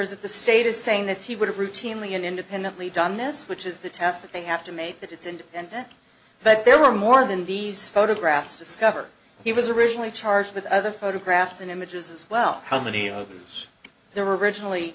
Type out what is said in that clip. is that the state is saying that he would routinely in independently done this which is the test that they have to make that it's and and that that there were more than these photographs discovered he was originally charged with other photographs and images as well how many others there were originally